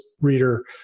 reader